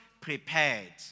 prepared